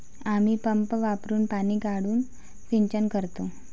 आम्ही पंप वापरुन पाणी काढून सिंचन करतो